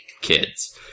kids